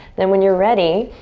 then when you're ready,